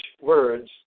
words